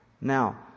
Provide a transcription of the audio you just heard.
Now